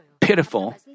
pitiful